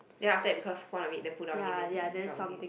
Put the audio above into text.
then after that because one of it then pull down again then drop again